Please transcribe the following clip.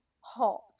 hot